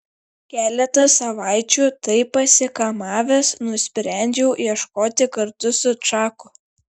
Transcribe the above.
keletą savaičių taip pasikamavęs nusprendžiau ieškoti kartu su čaku